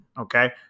Okay